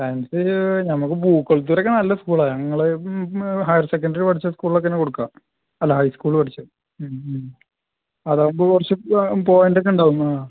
science നമുക്ക് ബുക്കളത്തൂർ ഒക്കെ നല്ല സ്കൂൾ ആണ് ഞങ്ങൾ ഹയർ സെക്കൻഡറി പഠിച്ച സ്കൂളിലൊക്കെ തന്നെ കൊടുക്കാം അല്ല ഹൈ സ്കൂൾ പഠിച്ച അതാവുമ്പോൾ കുറച്ച് പോയിൻറ് ഒക്കെ ഉണ്ടാവും ആ